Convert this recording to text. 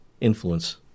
influence